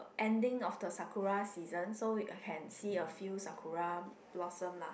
ending of the sakura season so it I can see a few sakura blossom lah